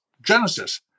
Genesis